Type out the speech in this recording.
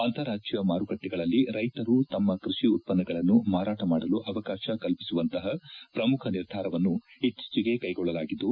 ಅಂತಾರಾಜ್ಯ ಮಾರುಕಟ್ಟೆಗಳಲ್ಲಿ ರೈತರು ತಮ್ಮ ಕೈಷಿ ಉತ್ಪನ್ನಗಳನ್ನು ಮಾರಾಟ ಮಾಡಲು ಅವಕಾಶ ಕಲ್ಪಿಸುವಂತಹ ಶ್ರಮುಖ ನಿರ್ಧಾರವನ್ನು ಇತ್ತೀಚೆಗೆ ಕೈಗೊಳ್ಳಲಾಗಿದ್ದು